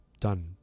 done